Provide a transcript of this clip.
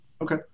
okay